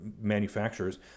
manufacturers